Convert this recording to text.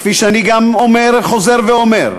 כפי שאני גם חוזר ואומר,